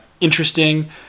interesting